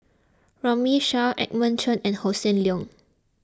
Runme Shaw Edmund Chen and Hossan Leong